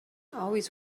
always